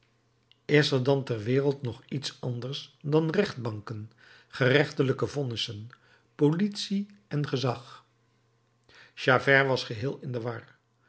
is er dan ter wereld nog iets anders dan rechtbanken gerechtelijke vonnissen politie en gezag javert was geheel in de war